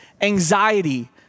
anxiety